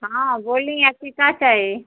हाँ बोलिए आपकी का चाही